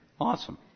Awesome